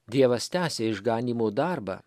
dievas tęsia išganymo darbą